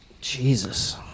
Jesus